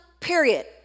period